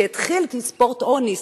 שהתחיל כספורט עוני,